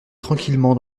tranquillement